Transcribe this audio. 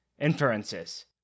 Inferences